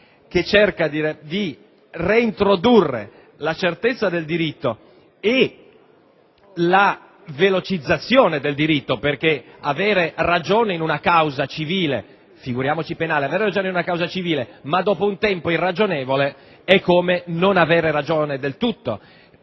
che cerca di reintrodurre la certezza e la velocizzazione del diritto? Avere ragione in una causa civile - figuriamoci penale - dopo un tempo irragionevole è come non avere ragione del tutto.